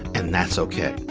and that's ok.